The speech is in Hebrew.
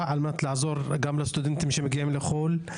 על מנת לעזור גם לסטודנטים שמגיעים לחו"ל,